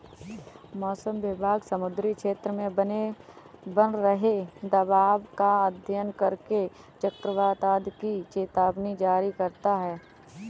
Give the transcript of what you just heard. मौसम विभाग समुद्री क्षेत्र में बन रहे दबाव का अध्ययन करके चक्रवात आदि की चेतावनी जारी करता है